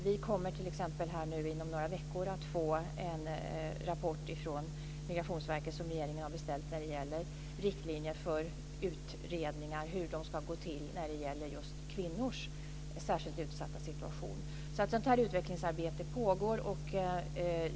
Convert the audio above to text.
Vi kommer t.ex. inom några veckor att få en rapport från Migrationsverket som regeringen har beställt om riktlinjer för utredningar och hur dessa ska gå till när det gäller just kvinnor och deras särskilt utsatta situation. Ett sådant utvecklingsarbete pågår alltså.